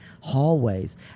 hallways